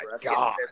god